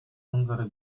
unsere